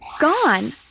Gone